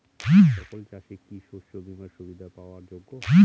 সকল চাষি কি শস্য বিমার সুবিধা পাওয়ার যোগ্য?